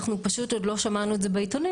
אנחנו פשוט עוד לא שמענו את זה בעיתונים